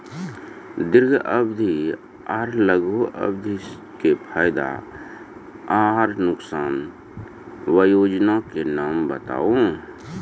दीर्घ अवधि आर लघु अवधि के फायदा आर नुकसान? वयोजना के नाम बताऊ?